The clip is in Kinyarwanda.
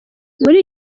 muri